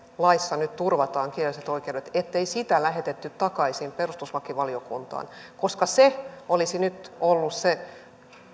laissa nyt turvataan kielelliset oikeudet olisi lähetetty takaisin perustuslakivaliokuntaan koska se olisi nyt ollut se